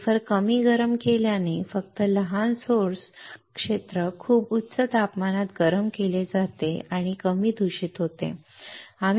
wafer कमी गरम केल्याने फक्त लहान स्त्रोत क्षेत्र खूप उच्च तापमानात गरम केले जाते आणि कमी दूषित होते